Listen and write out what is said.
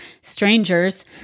strangers